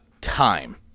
time